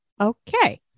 Okay